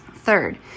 Third